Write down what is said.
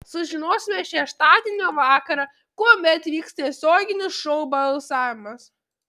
sužinosime šeštadienio vakarą kuomet vyks tiesioginis šou balsavimas